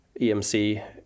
EMC